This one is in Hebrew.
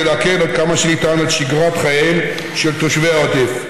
להקל עד כמה שניתן על שגרת חייהם של תושבי העוטף.